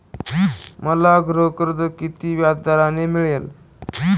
मला गृहकर्ज किती व्याजदराने मिळेल?